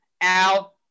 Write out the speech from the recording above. Al